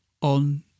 on